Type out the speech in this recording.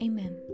Amen